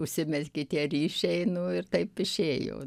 užsimezgė tie ryšiai nu ir taip išėjo